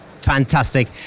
Fantastic